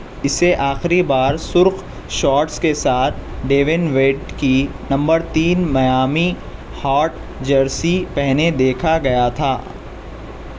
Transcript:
اسے آخری بار سرخ شارٹس کے ساتھ ڈیوین ویڈ کی نمبر تین میامی ہاٹ جرسی پہنے دیکھا گیا تھا